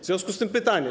W związku z tym pytania.